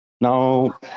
Now